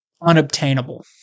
unobtainable